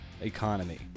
Economy